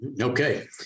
Okay